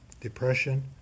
depression